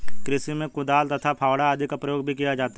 कृषि में कुदाल तथा फावड़ा आदि का प्रयोग भी किया जाता है